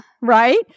right